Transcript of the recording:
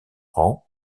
rang